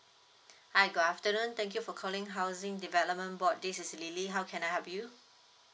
hi good afternoon thank you for calling housing development board this is lily how can I help you